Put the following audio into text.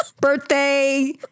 Birthday